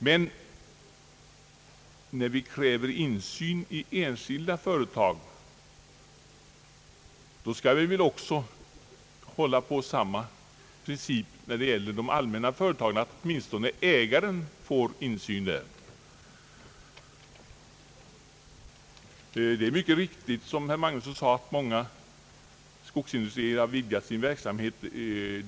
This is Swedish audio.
Men när vi kräver insyn i enskilda företag, skall vi väl hålla på samma princip när det gäller de allmänna företagen, så att åtminstone ägaren får insyn där. Det är riktigt som herr Magnusson sade, att många skogsindustrier har vidgat sin verksamhet.